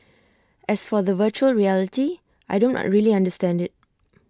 as for the Virtual Reality I don't really understand IT